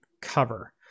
cover